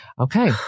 Okay